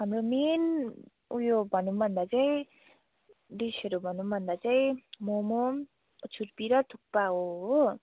हाम्रो मेन उयो भनौँ भन्दा चाहिँ डिसहरू भनौँ भन्दा चाहिँ मोमो छुर्पी र थुक्पा हो हो